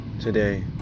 today